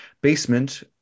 Basement